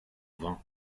vin